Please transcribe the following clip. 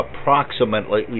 approximately